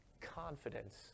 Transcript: confidence